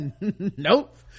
nope